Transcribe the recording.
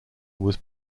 was